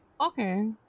Okay